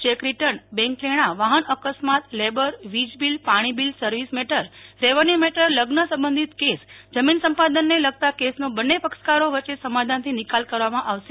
national લોક અદાલતમાં cheque return bank નાણા વાહન અકસ્માત લેબર વીજબીલ પાણીબીલ સર્વિસ મેટર રેવન્યુ મેટર લગ્ન સંબંધિત કેસ જમીન સંપાદનને લગતા કેસનો બન્ને પક્ષકારો વચ્ચે સમાધાનથી નિકાલ કરવામાં આવશે